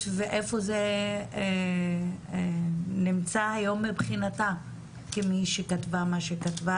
ואיפה זה נמצא היום מבחינתה כמי שכתבה מה שכתבה,